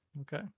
Okay